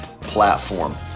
platform